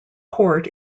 court